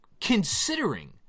considering